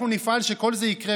אנחנו נפעל שכל זה יקרה,